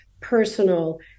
personal